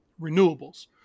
renewables